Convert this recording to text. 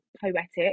poetic